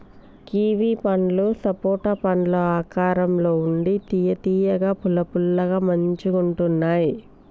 kiwi పండ్లు సపోటా పండ్ల ఆకారం ల ఉండి తియ్య తియ్యగా పుల్ల పుల్లగా మంచిగుంటున్నాయ్